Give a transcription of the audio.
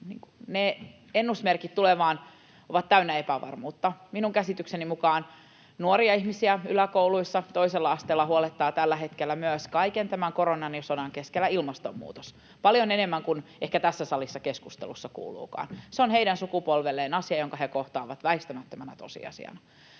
Ennusmerkit tulevaan ovat täynnä epävarmuutta. Minun käsitykseni mukaan nuoria ihmisiä yläkouluissa, toisella asteella huolettaa tällä hetkellä kaiken tämän koronan ja sodan keskellä myös ilmastonmuutos — paljon enemmän kuin ehkä tässä salissa keskustelussa kuuluukaan. Se on heidän sukupolvelleen asia, jonka he kohtaavat väistämättömänä tosiasiana.